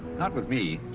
not with me,